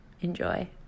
Enjoy